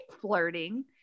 flirting